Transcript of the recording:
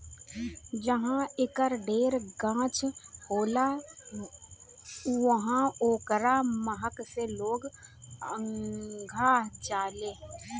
जहाँ एकर ढेर गाछ होला उहाँ ओकरा महक से लोग अघा जालें